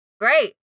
Great